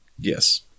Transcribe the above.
Yes